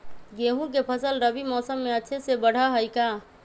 गेंहू के फ़सल रबी मौसम में अच्छे से बढ़ हई का?